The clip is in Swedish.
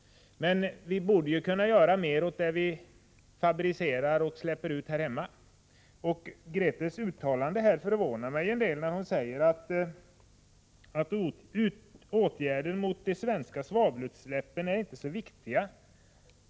Men vi borde kunna göra mer åt det vi fabricerar och släpper ut här hemma. Grethe Lundblads uttalande förvånar mig en del när hon säger att åtgärder mot de svenska svavelutsläppen inte är så viktiga.